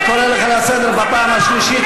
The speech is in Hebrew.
אני קורא אותך לסדר בפעם הראשונה.